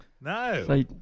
no